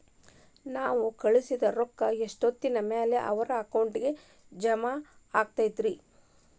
ನಾವು ಕಳಿಸಿದ್ ರೊಕ್ಕ ಎಷ್ಟೋತ್ತಿನ ಮ್ಯಾಲೆ ಅವರ ಅಕೌಂಟಗ್ ಜಮಾ ಆಕ್ಕೈತ್ರಿ?